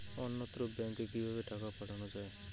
অন্যত্র ব্যংকে কিভাবে টাকা পাঠানো য়ায়?